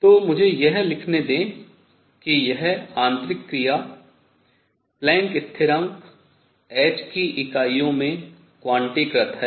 तो मुझे यह लिखने दें कि यह आंतरिक क्रिया प्लैंक स्थिरांक h की इकाइयों में क्वांटीकृत है